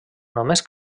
només